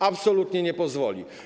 Absolutnie nie pozwoli.